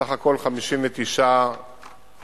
בסך הכול 59 עובדים